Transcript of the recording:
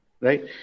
right